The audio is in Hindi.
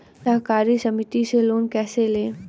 सहकारी समिति से लोन कैसे लें?